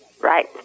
Right